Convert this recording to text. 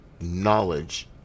knowledge